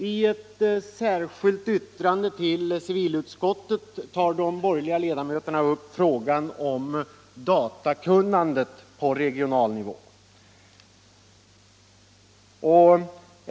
I ett särskilt yttrande tar de borgerliga ledamöterna av civilutskottet upp frågan om datakunnandet på regional nivå.